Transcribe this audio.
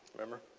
remember?